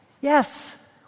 Yes